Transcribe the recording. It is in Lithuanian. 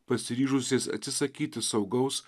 pasiryžusiais atsisakyti saugaus